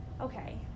okay